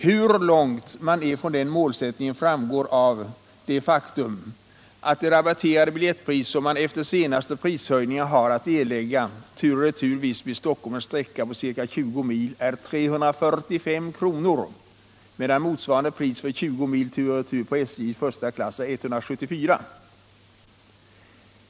Hur långt man är från den målsättningen framgår av det faktum att det rabatterade biljettpris som man efter senaste prishöjning har att erlägga tur och retur Visby-Stockholm —- en sträcka på ca 20 mil — är 345 kr., medan motsvarande pris för 20 mil på SJ första klass är 174 kr.